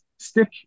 stick